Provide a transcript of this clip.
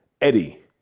Eddie